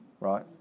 right